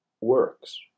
works